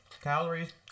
Calories